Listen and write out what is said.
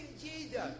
jesus